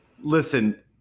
listen